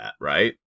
right